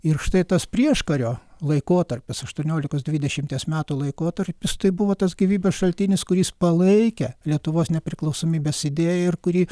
ir štai tas prieškario laikotarpis aštuoniolikos dvidešimties metų laikotarpis tai buvo tas gyvybės šaltinis kuris palaikė lietuvos nepriklausomybės idėją ir kuri